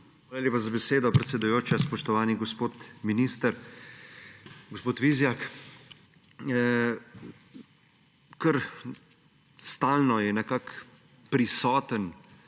Hvala lepa za besedo, predsedujoča. Spoštovani gospod minister gospod Vizjak! Kar stalno je nekako prisoten